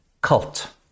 cult